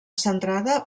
centrada